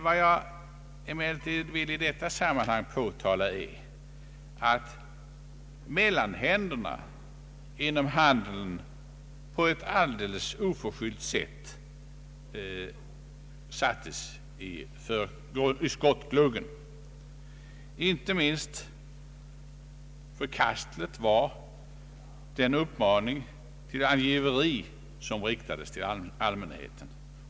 Vad jag emellertid i detta sammanhang vill påtala är att mellanhänderna inom handeln på ett oförskyllt sätt sattes i skottgluggen. Inte minst förkastligt var den uppmaning till angiveri som riktades till allmänheten.